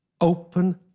open